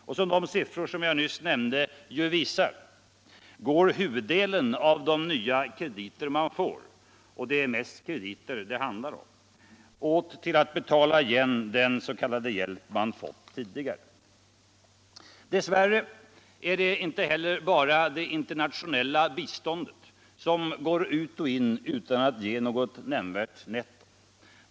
Och som de siffror jag nyss nämnde visar, går huvuddelen av de nva krediter man får - och det är mest krediter det handlar om - åt till att betala igen den ”hjälp” man fått tidigare. Dess värre är det inte heller bara det internationella biståndet som går ut och in utan att ge något nämnvärt netto.